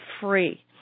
free